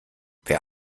wer